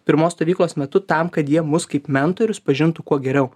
pirmos stovyklos metu tam kad jie mus kaip mentorius pažintų kuo geriau